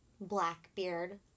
Blackbeard